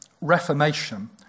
reformation